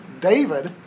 David